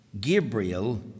Gabriel